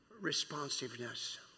responsiveness